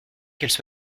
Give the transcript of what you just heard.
qu’elle